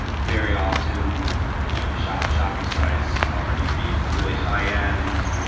and very often the you know the shopping shopping sites are going to be for really high ends,